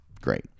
great